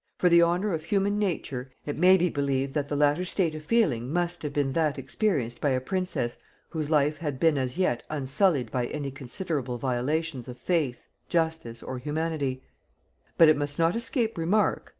for the honor of human nature, it may be believed that the latter state of feeling must have been that experienced by a princess whose life had been as yet unsullied by any considerable violations of faith, justice, or humanity but it must not escape remark,